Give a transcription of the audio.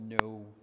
no